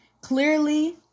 clearly